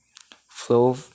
flow